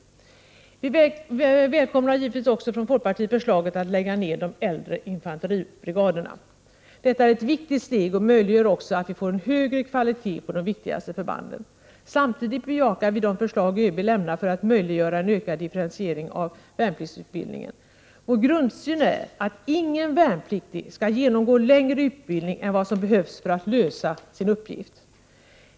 Folkpartiet välkomnar givetvis också förslaget att lägga ned de äldre Prot. 1988/89:121 infanteribrigaderna. Det är ett viktigt steg och möjliggör också att vi får en 25 maj 1989 högre kvalitet på de viktigaste förbanden. Samtidigt bejakar vi de förslag som ÖB lämnar för att möjliggöra en ökad differentiering av värnpliktsutbildred al Bläg ningen. Vår grundsyn är att ingen värnpliktig skall genomgå längre utbildför 2 itära förs svaret, m.m. ning än vad som behövs för att lösa sin uppgift.